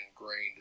ingrained